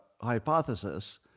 hypothesis